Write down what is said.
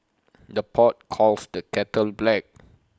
the pot calls the kettle black